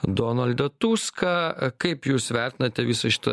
donaldą tuską kaip jūs vertinate visą šitą